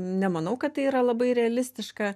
nemanau kad tai yra labai realistiška